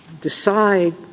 decide